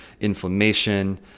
inflammation